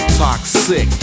toxic